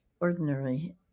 ordinary